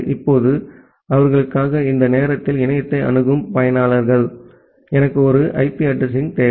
இப்போது அவர்களுக்காக இந்த நேரத்தில் இணையத்தை அணுகும் பயனர்கள் எனக்கு ஒரு ஐபி அட்ரஸிங் கள் தேவை